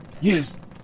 Yes